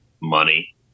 money